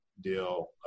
deal